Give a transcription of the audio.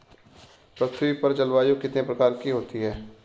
पृथ्वी पर जलवायु कितने प्रकार की होती है?